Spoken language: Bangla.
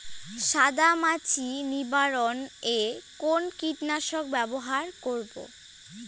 সাদা মাছি নিবারণ এ কোন কীটনাশক ব্যবহার করব?